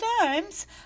times